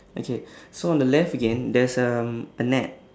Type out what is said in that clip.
okay so on the left again there's um a net